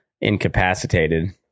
incapacitated